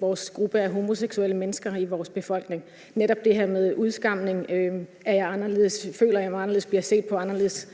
vores gruppe af homoseksuelle mennesker i vores befolkning. Det er netop det her med udskamning og tanker som: Er jeg anderledes? Føler jeg mig anderledes?